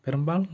பெரும்பாலும்